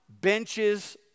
benches